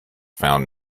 found